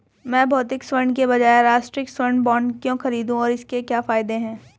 मैं भौतिक स्वर्ण के बजाय राष्ट्रिक स्वर्ण बॉन्ड क्यों खरीदूं और इसके क्या फायदे हैं?